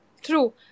True